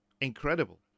incredible